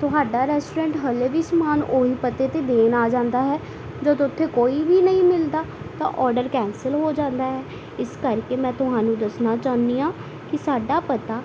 ਤੁਹਾਡਾ ਰੈਸਟੋਰੈਂਟ ਹਜੇ ਵੀ ਸਮਾਨ ਉਹ ਹੀ ਪਤੇ 'ਤੇ ਦੇਣ ਆ ਜਾਂਦਾ ਹੈ ਜਦ ਉੱਥੇ ਕੋਈ ਵੀ ਨਹੀਂ ਮਿਲਦਾ ਤਾਂ ਓਡਰ ਕੈਂਸਲ ਹੋ ਜਾਂਦਾ ਹੈ ਇਸ ਕਰਕੇ ਮੈਂ ਤੁਹਾਨੂੰ ਦੱਸਣਾ ਚਾਹੁੰਦੀ ਹਾਂ ਕਿ ਸਾਡਾ ਪਤਾ